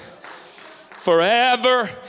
forever